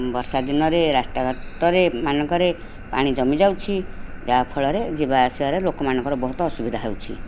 ବର୍ଷା ଦିନରେ ରାସ୍ତା ଘାଟରେ ମାନଙ୍କରେ ପାଣି ଜମିଯାଉଛି ଯାହା ଫଳରେ ଯିବା ଆସିବାରେ ଲୋକ ମାନଙ୍କର ବହୁତ ଅସୁବିଧା ହେଉଛି